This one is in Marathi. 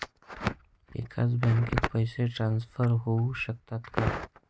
एकाच बँकेत पैसे ट्रान्सफर होऊ शकतात का?